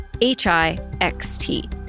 H-I-X-T